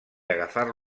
agafar